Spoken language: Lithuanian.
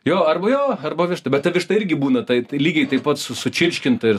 jo arba jo arba višta bet ta višta irgi būna lygiai taip pat su sučirškinta ir